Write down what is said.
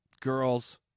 Girls